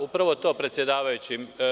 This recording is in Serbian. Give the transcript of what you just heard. Upravo to, predsedavajući.